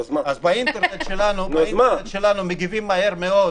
אז באינטרנט שלנו מגיבים מהר מאוד,